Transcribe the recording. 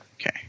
Okay